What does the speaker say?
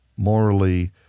morally